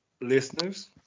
Listeners